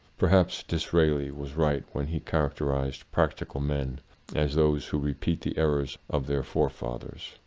per haps disraeli was right when he characterized practical men as those who repeat the errors of their fore fathers.